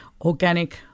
organic